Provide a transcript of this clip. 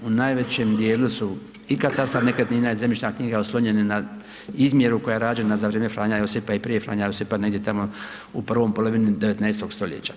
U najvećem dijelu su i katastar nekretnina i zemljišna knjiga oslonjeni na izmjeru koja je rađena za vrijem Franje Josipa i prije Franje Josipa negdje tamo u prvoj polovini 19. stoljeća.